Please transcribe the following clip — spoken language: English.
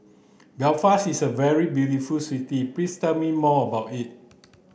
Belfast is a very beautiful city please tell me more about it